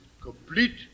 Complete